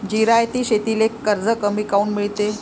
जिरायती शेतीले कर्ज कमी काऊन मिळते?